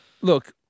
Look